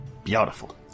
Beautiful